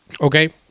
Okay